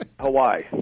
Hawaii